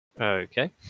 Okay